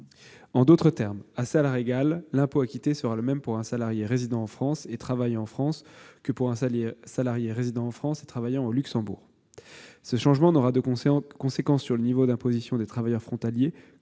En d'autres termes, à salaire égal, l'impôt acquitté sera le même pour un salarié résidant en France et travaillant en France que pour un salarié résidant en France et travaillant au Luxembourg. Ce changement n'aura de conséquence sur le niveau d'imposition des travailleurs frontaliers